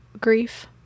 grief